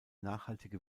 nachhaltige